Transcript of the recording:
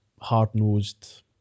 hard-nosed